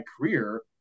career